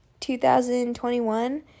2021